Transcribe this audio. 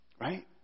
right